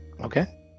Okay